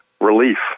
relief